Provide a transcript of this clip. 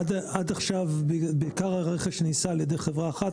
עד עכשיו עיקר הרכש נעשה על ידי חברה אחת,